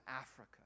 Africa